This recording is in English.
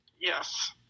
Yes